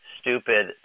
stupid